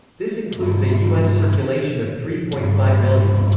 this includes a us circulation of three point five million.